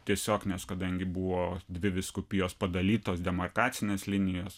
tiesiog nes kadangi buvo dvi vyskupijos padalytos demarkacinės linijos